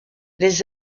les